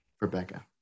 Rebecca